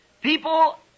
People